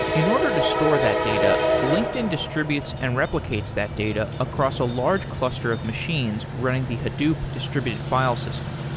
in order to store that data, linkedin distributes and replicates that data across a large cluster of machines running the hadoop distributed file system.